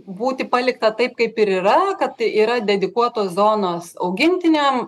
būti palikta taip kaip ir yra kad tai yra dedikuotos zonos augintiniam